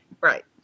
Right